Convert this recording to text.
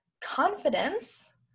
Confidence